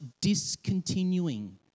discontinuing